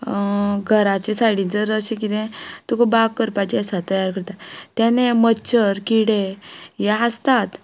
घराचे सायडींत जर अशें किदें तुका बाग करपाचें आसा तयार करता तेन्ना मच्छर किडे हे आसतात